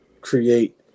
create